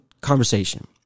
conversation